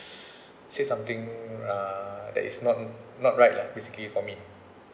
say something uh that is not not right lah basically for me